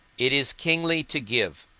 it is kingly to give